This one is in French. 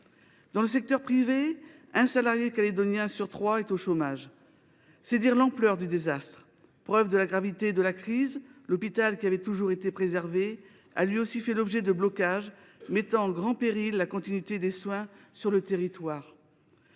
Dans le secteur privé, un salarié néo calédonien sur trois est au chômage. C’est dire l’ampleur du désastre. Preuve de la gravité de la crise, l’hôpital, qui avait toujours été préservé, a lui aussi fait l’objet de blocages, ce qui a mis la continuité des soins sur le territoire